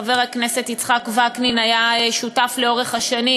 חבר הכנסת יצחק וקנין היה שותף לאורך השנים